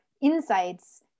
insights